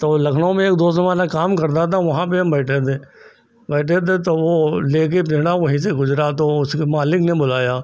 तो लखनऊ में दोस्त हमारा काम करता था तो वहाँ पर हम बैठे थे बैठे थे तो वह लेकर पिंजड़ा वहीं से गुज़रा तो उसके मालिक ने बुलाया